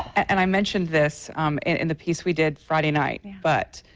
and i mentioned this in the piece we did friday night, but,